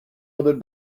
other